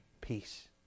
peace